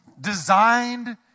designed